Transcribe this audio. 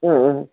ആ ആ